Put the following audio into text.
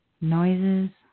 noises